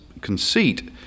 conceit